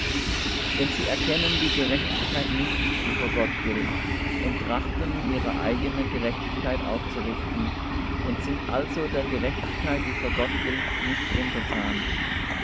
denn sie erkennen die gerechtigkeit nicht die vor gott gilt und trachten ihre eigene gerechtigkeit aufzurichten und sind also der gerechtigkeit die vor gott gilt nicht untertan